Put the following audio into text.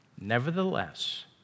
Nevertheless